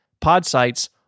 PodSites